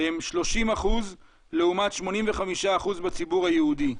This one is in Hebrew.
הם 30% לעומת 85% בציבור היהודי.